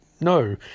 no